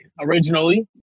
originally